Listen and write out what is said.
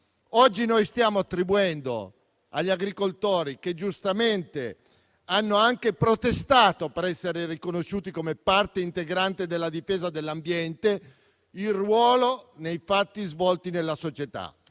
Oggi noi stiamo attribuendo agli agricoltori, che giustamente hanno anche protestato per essere riconosciuti come parte integrante della difesa dell'ambiente, il ruolo nei fatti da loro svolto nella società.